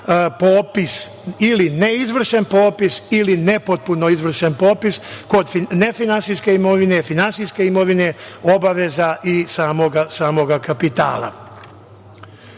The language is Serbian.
popis ili neizvršen popis ili nepotpuno izvršen popis kod nefinansijske imovine, finansijske imovine, obaveza i samoga kapitala.U